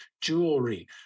jewelry